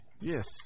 Yes